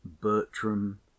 Bertram